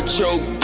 choke